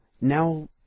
now